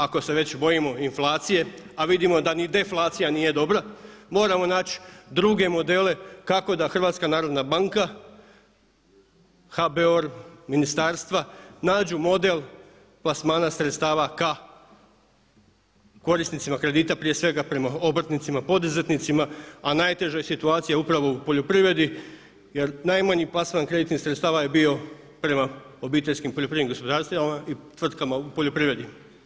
Ako se već bojimo inflacije, a vidimo da ni deflacija nije dobra, moramo naći druge modele kako da HNB, HBOR i ministarstva nađu model plasmana sredstava ka korisnicima kredita, prije svega prema obrtnicima, poduzetnicima a najteža je situacija upravo u poljoprivredi jer najmanji plasman kreditnih sredstava je bio prema obiteljskim poljoprivrednim gospodarstvima i tvrtkama u poljoprivredi.